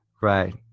Right